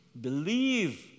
believe